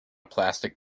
plastic